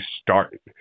start